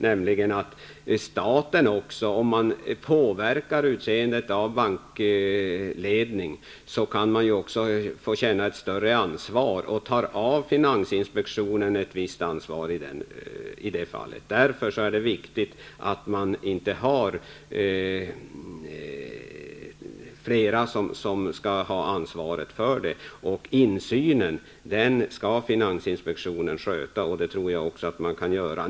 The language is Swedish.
Om staten påverkar tillsättande av bankledning får den vidkännas ett större ansvar, och man tar ifrån finansinspektionen ett visst ansvar i detta fall. Det är därför viktigt att inte fler instanser har ansvaret. Insynen skall finansinspektionen sköta. Det tror jag också att man kan göra.